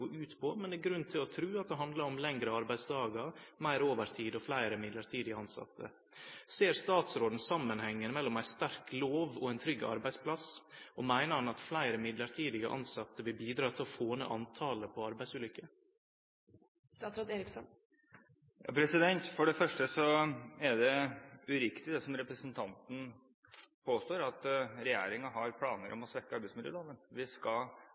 gå ut på, men det er grunn til å tru at det handlar om lengre arbeidsdagar, meir overtid og fleire midlertidige tilsette. Ser statsråden samanhengen mellom ei sterk lov og ein trygg arbeidsplass? Meiner han at fleire midlertidige tilsette vil bidra til å få ned talet på arbeidsulukker? For det første er det uriktig det som representanten påstår, at regjeringen har planer om å svekke arbeidsmiljøloven. Vi skal